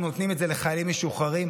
אנחנו נותנים את זה לחיילים משוחררים.